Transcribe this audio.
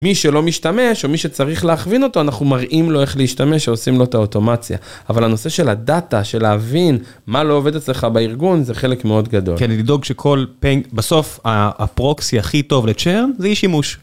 מי שלא משתמש, או מי שצריך להכווין אותו, אנחנו מראים לו איך להשתמש ועושים לו את האוטומציה. אבל הנושא של הדאטה, של להבין מה לא עובד אצלך בארגון, זה חלק מאוד גדול. כן, לדאוג שכל pain, בסוף הפרופסי הכי טוב לצ'רן, זה אי שימוש.